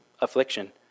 affliction